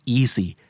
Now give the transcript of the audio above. easy